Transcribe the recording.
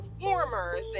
warmers